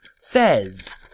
Fez